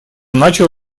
начал